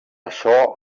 açò